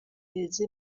beza